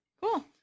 Cool